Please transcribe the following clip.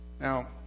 Now